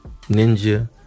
ninja